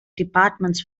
departments